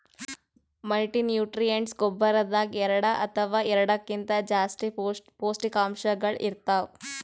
multinutrients ಗೊಬ್ಬರದಾಗ್ ಎರಡ ಅಥವಾ ಎರಡಕ್ಕಿಂತಾ ಜಾಸ್ತಿ ಪೋಷಕಾಂಶಗಳ್ ಇರ್ತವ್